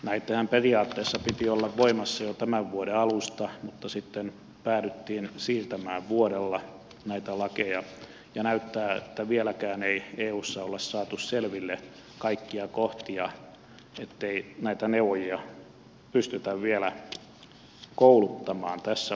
näittenhän periaatteessa piti olla voimassa jo tämän vuoden alusta mutta sitten päädyttiin siirtämään vuodella näitä lakeja ja näyttää että vieläkään ei eussa olla saatu selville kaikkia kohtia ettei näitä neuvojia pystytä vielä kouluttamaan tässä vaiheessa